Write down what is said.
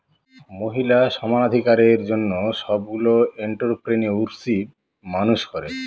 মহিলা সমানাধিকারের জন্য সবগুলো এন্ট্ররপ্রেনিউরশিপ মানুষ করে